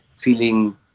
feeling